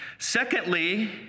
Secondly